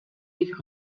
jich